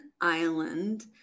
island